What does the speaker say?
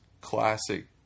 classic